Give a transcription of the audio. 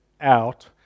out